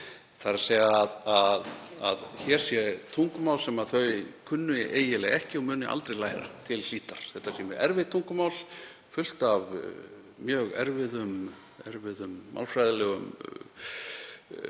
útlenska, þ.e. hér sé tungumál sem þau kunni eiginlega ekki og muni aldrei læra til hlítar. Þetta sé mjög erfitt tungumál, fullt af mjög erfiðum málfræðilegum